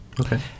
Okay